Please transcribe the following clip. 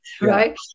right